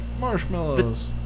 Marshmallows